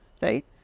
right